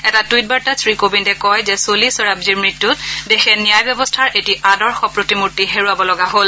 এটা টুইট বাৰ্তাত শ্ৰী কোৱিন্দে কয় যে চলি চৰাবজিৰ মৃত্যুত দেশে ন্যায় ব্যৱস্থাৰ এটি আদৰ্শ প্ৰতিমূৰ্তি হেৰুৱাব লগা হল